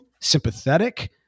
sympathetic